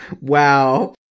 wow